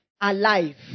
alive